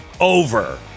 over